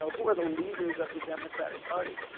ah who are the leaders of the democratic party?